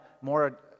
more